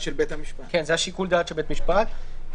זה שיקול הדעת של בית המשפט.